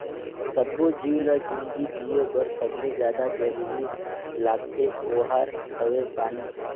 सब्बो जीव ल जिनगी जिए बर सबले जादा जरूरी लागथे ओहार हवे पानी